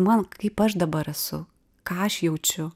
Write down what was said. mano kaip aš dabar esu ką aš jaučiu